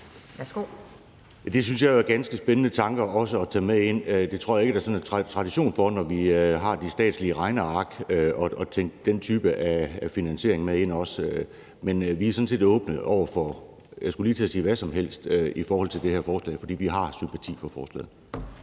(V): Det synes jeg jo er en ganske spændende tanke også at tage med ind. Det tror jeg ikke der sådan er tradition for, når vi har at gøre med de statslige regneark, altså også at tænke den type af finansiering med ind. Men vi er sådan set åbne over for, jeg skulle lige til at sige hvad som helst i forhold til det her forslag, for vi har sympati for forslaget.